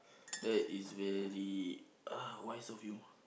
that is very uh wise of you